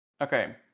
Okay